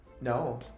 No